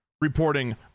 reporting